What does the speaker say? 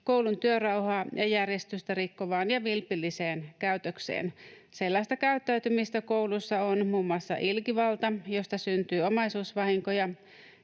koulun työrauhaa ja järjestystä rikkovaan ja vilpilliseen käytökseen. Sellaista käyttäytymistä koulussa ovat muun muassa ilkivalta, josta syntyy omaisuusvahinkoja,